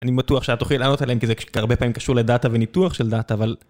אני בטוח שאת תוכלי לענות עליהם, כי זה הרבה פעמים קשור לדאטה וניתוח של דאטה, אבל...